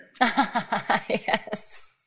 Yes